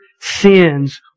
sins